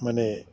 মানে